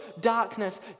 darkness